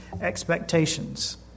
expectations